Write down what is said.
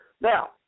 now